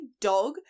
dog